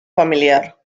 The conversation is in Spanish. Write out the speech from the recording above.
familiar